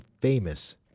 famous